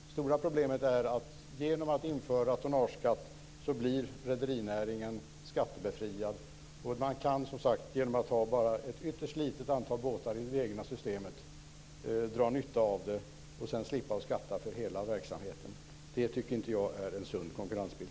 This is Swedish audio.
Det stora problemet är att genom att införa tonnageskatt blir rederinäringen skattebefriad. Man kan genom att ha ett ytterst litet antal båtar i det egna systemet dra nytta av det och sedan slippa skatta för hela verksamheten. Det är inte en sund konkurrensbild.